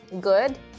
Good